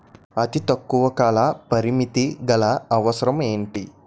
అతి తక్కువ కాల పరిమితి గల అవసరం ఏంటి